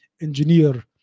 engineer